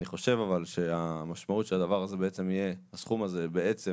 אני חושב שהמשמעות שהסכום הזה בעצם